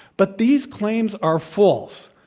but these claims are false.